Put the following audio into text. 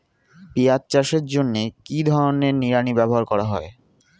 পিঁয়াজ চাষের জন্য কি ধরনের নিড়ানি ব্যবহার করা হয়?